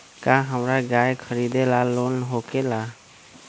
का हमरा गारी खरीदेला लोन होकेला?